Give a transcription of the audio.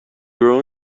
grow